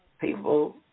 people